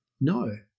No